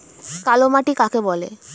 কালোমাটি কাকে বলে?